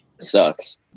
sucks